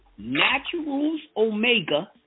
Naturalsomega